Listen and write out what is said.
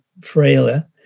frailer